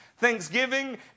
thanksgiving